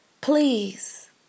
Please